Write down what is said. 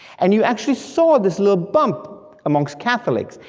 and you actually saw this little bump amongst catholics,